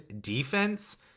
defense